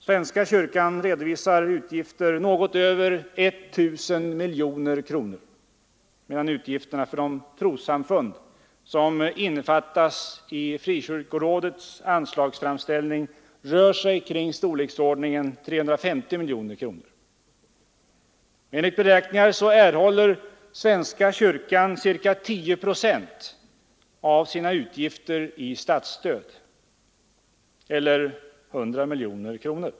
Svenska kyrkan redovisar utgifter på något över 1 000 miljoner kronor, medan utgifterna för de trossamfund som innefattas i frikyrkorådets anslagsframställning ligger i storleksordningen 350 miljoner kronor. Enligt beräkningar erhåller svenska kyrkan ca 10 procent av sina utgifter i statsstöd, eller 100 miljoner kronor.